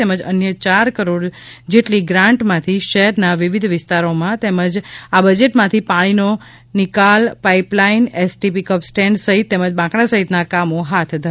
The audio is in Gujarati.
તેમજ અન્ય ચાર કરોડ કરોડ જેટલી ગ્રાન્ટમાંથી શહેરના વિવિધ વિસ્તારોમાં તેમજ આ બજેટમાંથી પાણીનો નિકાલ પાઈપલાઈન એસટી પીકઅપ સ્ટેન્ડ સહિત તેમજ બાંકડા સહિતના કામો હાથ ધરવામાં આવશે